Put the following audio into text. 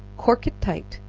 cork it tight,